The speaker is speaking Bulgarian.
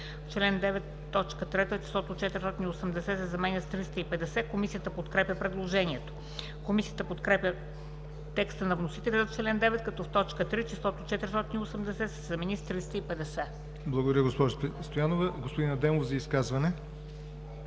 Благодаря, госпожо Стоянова. Господин Адемов – за изказване.